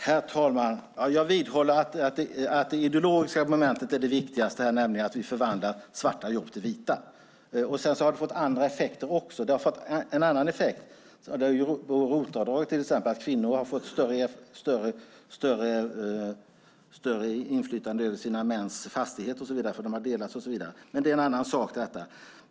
Herr talman! Jag vidhåller att det ideologiska momentet är det viktigaste här, nämligen att vi förvandlar svarta jobb till vita. Sedan har detta fått andra effekter också. ROT-avdraget har till exempel lett till att kvinnor har fått större inflytande över sina mäns fastigheter och så vidare på grund av att man delar på dem. Men det är en annan sak.